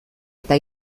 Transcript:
eta